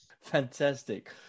Fantastic